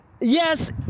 yes